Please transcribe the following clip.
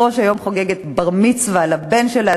שהיום חוגגת בר-מצווה לבן שלה.